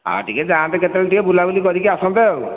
ହଁ ଟିକିଏ ଯାଆନ୍ତେ କେତେବେଳେ ଟିକିଏ ବୁଲା ବୁଲି କରିକି ଆସନ୍ତେ ଆଉ